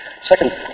second